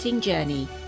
journey